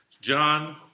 John